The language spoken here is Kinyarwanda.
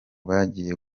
bagiye